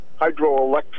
hydroelectric